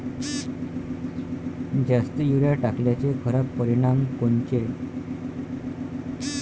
जास्त युरीया टाकल्याचे खराब परिनाम कोनचे?